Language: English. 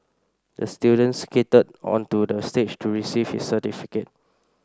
the student skated onto the stage to receive his certificate